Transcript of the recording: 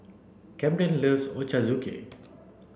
Kamden loves Ochazuke